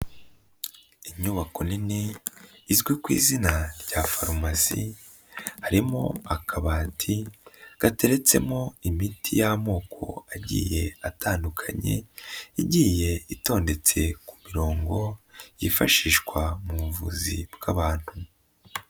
Inyubako nini izwi ku izina rya farumasi harimo akabati gateretsemo imiti y'amoko agiye atandukanye, igiye itondetse ku mirongo yifashishwa mu buvuzi bw'abantu.